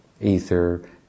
ether